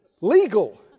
legal